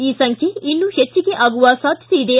ಈ ಸಂಖ್ಯೆ ಇನ್ನು ಹೆಜ್ಜಿಗೆ ಆಗುವ ಸಾಧ್ಯತೆ ಇದೆ